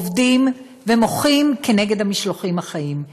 עובדים ומוחים כנגד המשלוחים החיים.